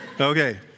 Okay